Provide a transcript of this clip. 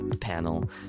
panel